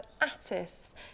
attis